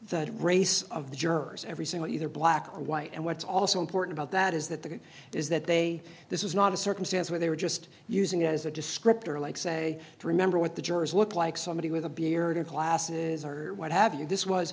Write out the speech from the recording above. that race of the jurors every single either black or white and what's also important about that is that that is that they this is not a circumstance where they were just using it as a descriptor like say to remember what the jurors looked like somebody with a beard and glasses or what have you this was